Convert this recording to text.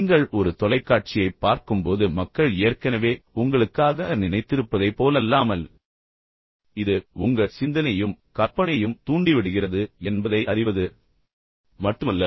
நீங்கள் ஒரு தொலைக்காட்சியைப் பார்க்கும்போது மக்கள் ஏற்கனவே உங்களுக்காக நினைத்திருப்பதைப் போலல்லாமல் இது உங்கள் சிந்தனையையும் கற்பனையையும் தூண்டிவிடுகிறது என்பதை அறிவது மட்டுமல்ல